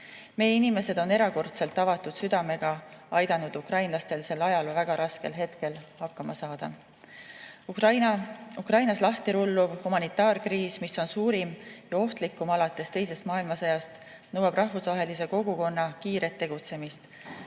Meie inimesed on erakordselt avatud südamega aidanud ukrainlastel sel väga raskel ajal hakkama saada. Ukrainas lahti rulluv humanitaarkriis, mis on suurim ja ohtlikem alates teisest maailmasõjast, nõuab rahvusvahelise kogukonna kiiret tegutsemist.